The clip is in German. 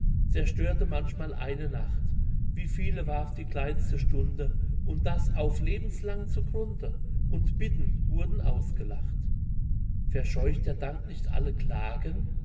zerstörte manchmal eine nacht wie viele warf die kleinste stunde und das auf lebenslang zu grunde und bitten wurden ausgelacht verscheucht der dank nicht alle klagen